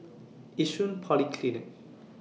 Yishun Polyclinic